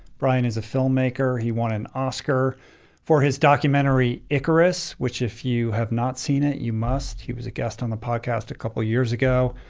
bryan is a filmmaker. he won an oscar for his documentary icarus, which if you have not seen it, you must. he was a guest on the podcast a couple of years ago.